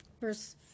Verse